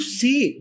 see